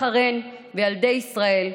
ילדי בחריין וילדי ישראל,